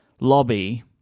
lobby